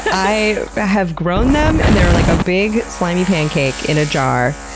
i have grown them, and they're like a big slimy pancake in a jar.